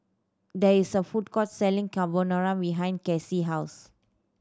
there is a food court selling Carbonara behind Cassie house